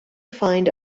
find